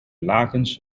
lakens